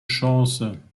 chance